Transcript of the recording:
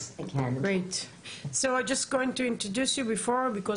להלן התרגום החופשי) כן אני שומעת.